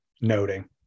noting